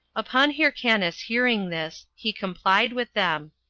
upon hyrcanus hearing this, he complied with them.